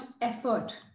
effort